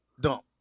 dump